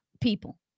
people